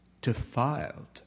defiled